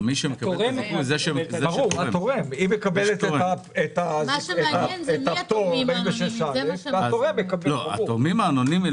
מעניין - מי התורמים האנונימיים.